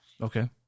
Okay